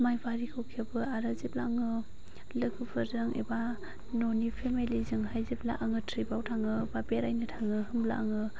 मायबारिखौ खेबो आरो जेब्ला आङो लोगोफोरजों एबा न'नि फेमेलि जोंहाय जेब्ला आङो थ्रिफ आव थाङो बा बेरायनो थाङो होमब्ला आङो